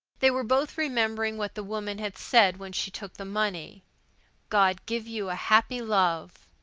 they were both remembering what the woman had said when she took the money god give you a happy love!